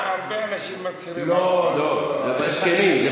עזוב, הרבה אנשים מצהירים, לא, זה בהסכמים.